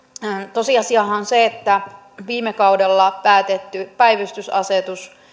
tosiasiahan on se että viime kaudella päätetty päivystysasetus